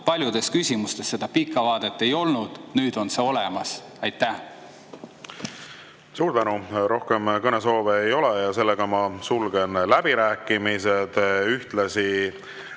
paljudes küsimustes seda pikka vaadet ei olnud. Nüüd on see olemas. Suur